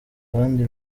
abandi